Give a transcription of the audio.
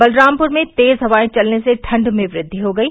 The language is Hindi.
बलरामपुर में तेज़ हवायें चलने से ठण्ड में वृद्वि हो गयी